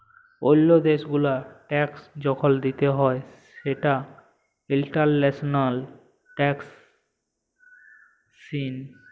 ওল্লো দ্যাশ গুলার ট্যাক্স যখল দিতে হ্যয় সেটা ইন্টারন্যাশনাল ট্যাক্সএশিন